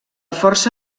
força